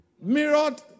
mirrored